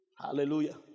Hallelujah